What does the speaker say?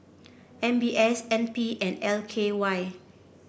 M B S N P and L K Y